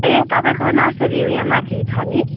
ए तपाईँको नर्सरी ऊ यहाँ माथि छ नि